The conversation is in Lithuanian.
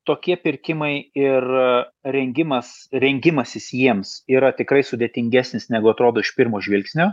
tokie pirkimai ir rengimas rengimasis jiems yra tikrai sudėtingesnis negu atrodo iš pirmo žvilgsnio